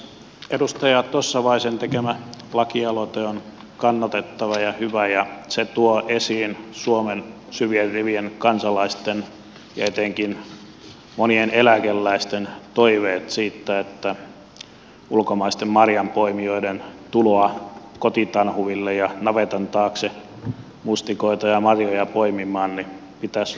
edustaja tossavaisen tekemä lakialoite on kannatettava ja hyvä ja se tuo esiin suomen syvien rivien kansalaisten ja etenkin monien eläkeläisten toiveet siitä että ulkomaisten marjanpoimijoiden tuloa kotitanhuville ja navetan taakse mustikoita ja marjoja poimimaan pitäisi rajoittaa